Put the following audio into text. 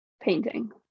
Painting